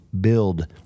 Build